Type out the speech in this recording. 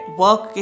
work